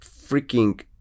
freaking